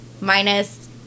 minus